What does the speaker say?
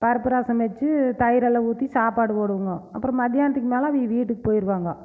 பருப்பு ரசம் வைச்சு தயிரெல்லாம் ஊற்றி சாப்பாடு போடுவோம்ங்க அப்புறம் மத்தியானத்துக்கு மேலே அவங்க வீட்டுக்கு போயிடுவாங்க